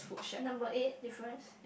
number eight difference